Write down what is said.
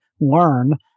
learn